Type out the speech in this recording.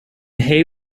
hay